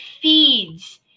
feeds